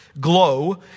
glow